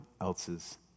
else's